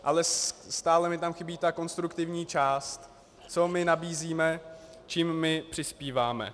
Ale stále mi tam chybí ta konstruktivní část, co my nabízíme, čím my přispíváme.